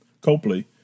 Copley